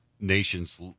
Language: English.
nation's